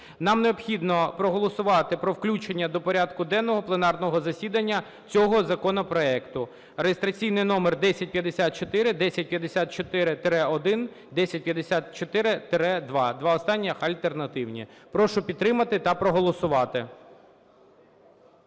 Нам необхідно проголосувати про включення до порядку денного пленарного засідання цього законопроекту (реєстраційний номер 1054, 1054-1, 1054-2), два останні альтернативні. Прошу підтримати та проголосувати.